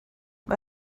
mae